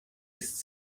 ist